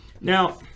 Now